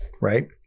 right